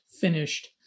finished